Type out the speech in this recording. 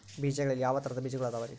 ಬೇಜಗಳಲ್ಲಿ ಯಾವ ತರಹದ ಬೇಜಗಳು ಅದವರಿ?